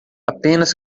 apenas